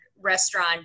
restaurant